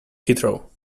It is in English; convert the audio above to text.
heathrow